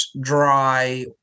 dry